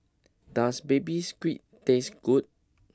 does Baby Squid taste good